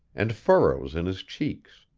and furrows in his cheeks.